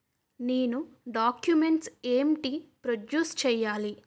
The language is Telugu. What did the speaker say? నేను డాక్యుమెంట్స్ ఏంటి ప్రొడ్యూస్ చెయ్యాలి?